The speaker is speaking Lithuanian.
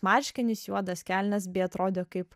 marškinius juodas kelnes bei atrodė kaip